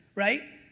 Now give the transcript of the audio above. right?